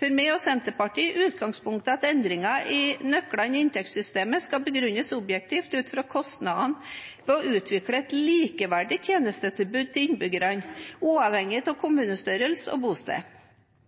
For meg og Senterpartiet er utgangspunktet at endringer i nøklene i inntektssystemet skal begrunnes objektivt ut fra kostnadene ved å utvikle et likeverdig tjenestetilbud til innbyggerne, uavhengig av kommunestørrelse og bosted.